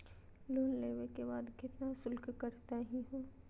Loan लेवे के बाद केतना शुल्क कटतही हो?